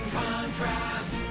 contrast